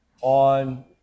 on